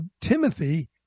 Timothy